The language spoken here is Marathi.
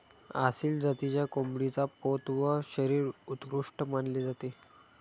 आसिल जातीच्या कोंबडीचा पोत व शरीर उत्कृष्ट मानले जाते